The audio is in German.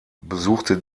besuchte